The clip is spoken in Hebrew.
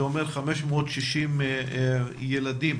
זה אומר 560 ילדים